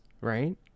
right